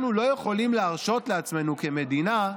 אנחנו לא יכולים להרשות לעצמנו, כמדינה,